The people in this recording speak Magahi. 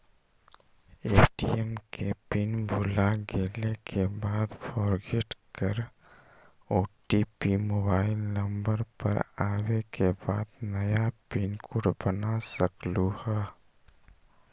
ए.टी.एम के पिन भुलागेल के बाद फोरगेट कर ओ.टी.पी मोबाइल नंबर पर आवे के बाद नया पिन कोड बना सकलहु ह?